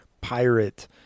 pirate